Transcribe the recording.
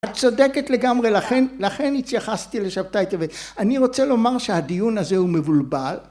את צודקת לגמרי לכן התייחסתי לשבתאי טבת, אני רוצה לומר שהדיון הזה הוא מבולבל